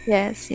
Yes